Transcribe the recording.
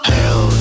Hell